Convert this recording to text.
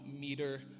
meter